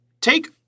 Take